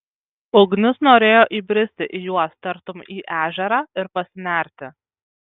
ugnius norėjo įbristi į juos tartum į ežerą ir pasinerti